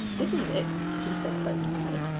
this is it he said pleasantly.